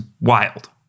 wild